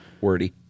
wordy